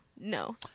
No